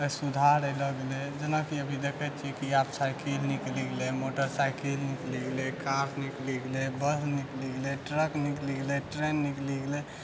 आओर सुधार अइलो गेलै जेनाकि अभी देखै छियै कि आब साइकिल निकलि गेलै मोटर साइकिल निकलि गेलै कार निकलि गेलै बस निकलि गेलै ट्रक निकलि गेलै ट्रेन निकलि गेलै